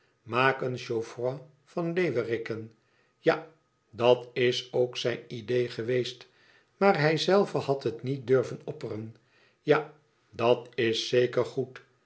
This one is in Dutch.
maak een chaufroid van leeuwerikken ja dat is ook zijn idee geweest maar hijzelve had het niet durven opperen ja dat is zeker goed